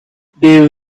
they